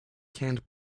canned